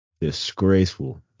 Disgraceful